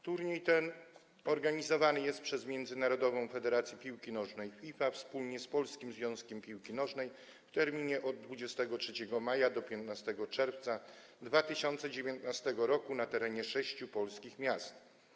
Turniej ten organizowany jest przez Międzynarodową Federację Piłki Nożnej, FIFA, wspólnie z Polskim Związkiem Piłki Nożnej w terminie od 23 maja do 15 czerwca 2019 r. na terenie sześciu polskich miast.